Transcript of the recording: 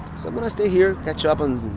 so i'm gonna stay here, catch up on,